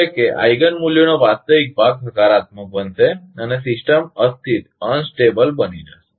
એટલે કે આઈગન મૂલ્યોનો વાસ્તવિક ભાગ હકારાત્મક બનશે અને સિસ્ટમ અસ્થિર બની જશે